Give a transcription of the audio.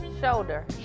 shoulder